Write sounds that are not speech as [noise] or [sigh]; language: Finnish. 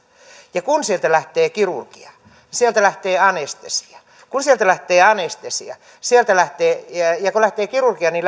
ja kun sieltä lähtee kirurgia sieltä lähtee anestesia kun sieltä lähtee anestesia ja kun lähtee kirurgia niin [unintelligible]